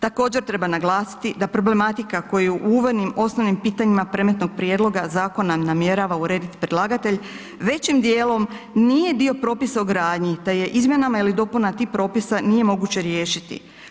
Također treba naglasiti da problematika koji u uvodnim osnovnim pitanjima predmetnog prijedloga zakona namjerava urediti predlagatelj, većinom djelom nije dio propisa o gradnji te je izmjenama ili dopunama tih propisa nije moguće riješiti.